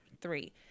three